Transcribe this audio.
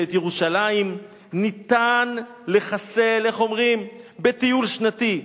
שאת ירושלים אפשר לחסל, איך אומרים, בטיול שנתי.